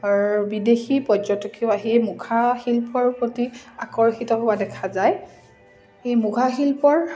বিদেশী পৰ্যটকেও আহিয়ে মুখা শিল্পৰ প্ৰতি আকৰ্ষিত হোৱা দেখা যায় এই মুখা শিল্পৰ